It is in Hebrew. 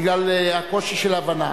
בגלל הקושי של ההבנה.